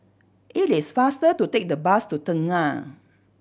it is faster to take the bus to Tengah